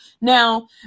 Now